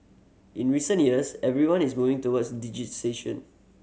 in recent years everyone is moving towards digitisation